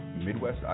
Midwest